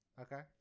Okay